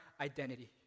identity